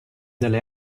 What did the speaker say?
delle